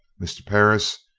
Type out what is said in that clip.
mr. perris,